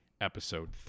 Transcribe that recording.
Episode